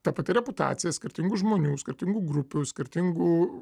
ta pati reputacija skirtingų žmonių skirtingų grupių skirtingų